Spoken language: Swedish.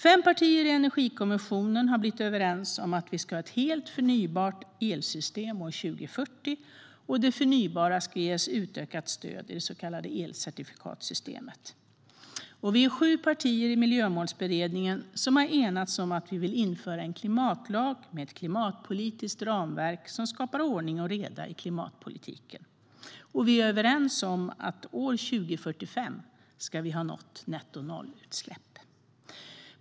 Fem partier i Energikommissionen har kommit överens om att vi ska ha ett helt förnybart elsystem år 2040 och att det förnybara ska ges utökat stöd i det så kallade elcertifikatssystemet. Vi är sju partier i Miljömålsberedningen som har enats om att vi vill införa en klimatlag med ett klimatpolitiskt ramverk som skapar ordning och reda i klimatpolitiken. Vi är överens om att vi ska ha nått nettonollutsläpp år 2045.